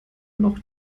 noch